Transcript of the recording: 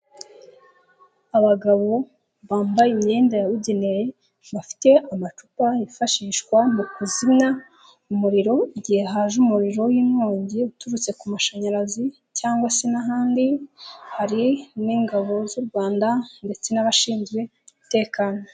Abagabo bambaye imyenda yabugenewe, bafite amacupa yifashishwa mu kuzimya umuriro, igihe haje umuriro w'inkongi uturutse ku mashanyarazi cyangwa se n'ahandi ,hari n'ingabo z'u Rwanda ndetse n'abashinzwe umutekano.